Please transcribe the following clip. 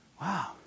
Wow